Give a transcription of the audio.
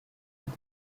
with